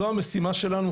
זו המשימה שלנו,